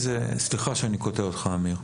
סליחה שאני קוטע אותך עמיר,